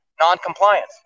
non-compliance